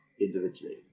individually